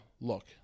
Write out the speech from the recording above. look